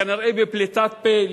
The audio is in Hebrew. כנראה בפליטת פה,